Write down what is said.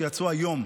שיצאו היום,